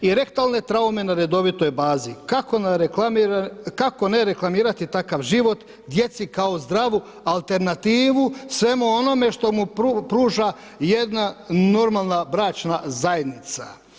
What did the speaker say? I rektalne traume na redovitoj bazi, kako ne reklamirati takav život djeci kao zdravu alternativu, svemu onome što mu pruža jedna normalna bračna zajednica.